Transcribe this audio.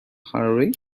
hillary